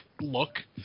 look